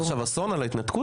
אמרת עכשיו אסון על ההתנתקות?